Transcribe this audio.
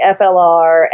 FLR